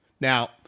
Now